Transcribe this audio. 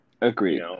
Agreed